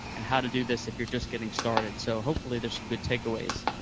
and how to do this if you're just getting started. so hopefully there's some good takeaways.